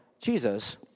Jesus